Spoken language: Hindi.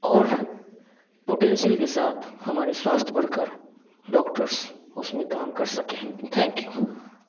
और पोटेंशियल के साथ हमारे स्वास्थ्य वर्कर डॉक्टर्स उसमें काम कर सकें थैंक यू